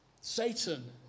satan